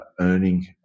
earning